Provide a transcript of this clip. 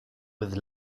with